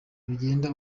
bigenda